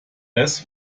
less